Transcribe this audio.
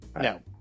No